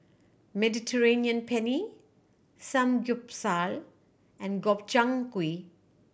Mediterranean Penne Samgyeopsal and Gobchang Gui